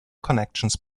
connections